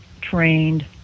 trained